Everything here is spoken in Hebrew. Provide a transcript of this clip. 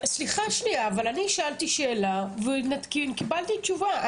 סליחה שנייה, אבל אני שאלתי שאלה וקיבלתי תשובה.